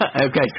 Okay